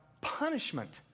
punishment